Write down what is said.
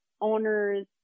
owners